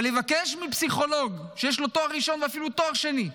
אבל לבקש מפסיכולוג שיש לו תואר ראשון ואפילו תואר שני,